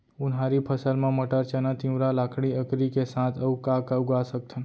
उनहारी फसल मा मटर, चना, तिंवरा, लाखड़ी, अंकरी के साथ अऊ का का उगा सकथन?